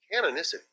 Canonicity